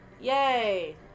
Yay